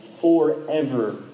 forever